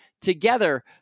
together